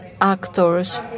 actors